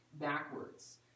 backwards